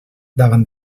davant